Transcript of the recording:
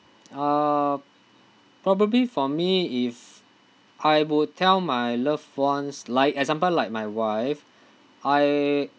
uh probably for me if I would tell my loved ones like example like my wife I